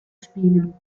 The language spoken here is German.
spielen